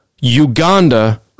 Uganda